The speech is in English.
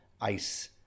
ice